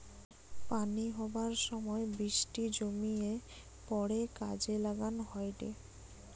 পানি হবার সময় বৃষ্টি জমিয়ে পড়ে কাজে লাগান হয়টে